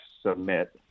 submit